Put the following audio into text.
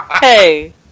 Hey